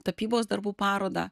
tapybos darbų parodą